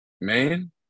Man